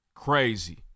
Crazy